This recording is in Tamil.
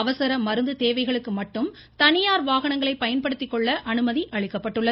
அவசர மருந்து தேவைகளுக்கு மட்டும் தனியார் வாகனங்களை பயன்படுத்திக் கொள்ள அனுமதி அளிக்கப்பட்டுள்ளது